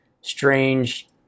strange